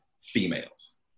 females